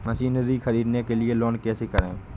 Machinery ख़रीदने के लिए लोन कैसे करें?